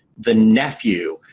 the nephew,